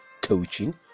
coaching